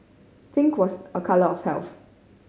pink was a colour of health